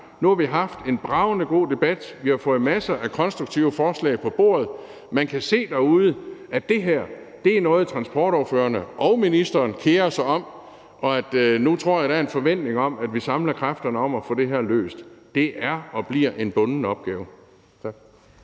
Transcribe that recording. nu har haft en bragende god debat. Vi har fået masser af konstruktive forslag på bordet. Man kan se derude, at det her er noget, transportordførerne og ministeren kerer sig om, så jeg tror, at der nu er en forventning om, at vi samler kræfterne om at få det her løst. Det er og bliver en bunden opgave.